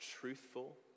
truthful